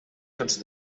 tots